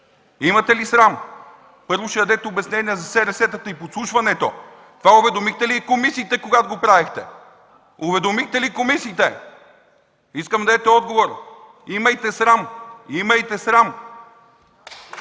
Имате ли срам?! Първо ще дадете обяснения за СРС-тата и подслушването! За това уведомихте ли комисиите, когато го правехте?! Уведомихте ли комисиите?! Искам да дадете отговор! Имайте срам! Имайте срам!